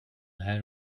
her